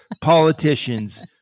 politicians